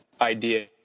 idea